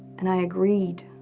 and i agreed